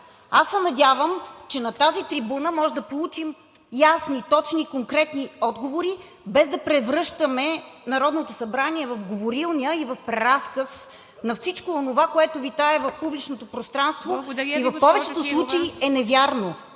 аз се надявам, че на тази трибуна може да получим ясни, точни и конкретни отговори, без да превръщаме Народното събрание в говорилня и в преразказ на всичко онова, което витае в публичното пространство... ПРЕДСЕДАТЕЛ ИВА